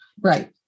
right